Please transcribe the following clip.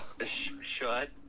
shut